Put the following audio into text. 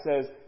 says